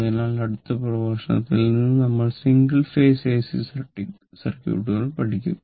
അതിനാൽ അടുത്ത പ്രഭാഷണത്തിൽ നിന്ന് നമ്മൾ സിംഗിൾ ഫേസ് എസി സർക്യൂട്ടുകൾ പഠിക്കും